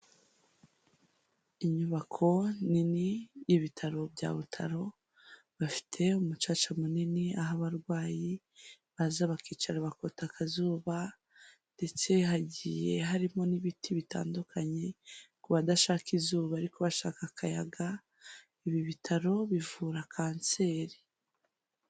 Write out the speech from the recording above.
Inyubako nini y'ibitaro bya butaro, bafite umucaca munini aho abarwayi baza bakicara bakota akazuba ndetse hagiye harimo n'ibiti bitandukanye ku badashaka izuba ariko bashaka akayaga, ibi bitaro bivura kanseri.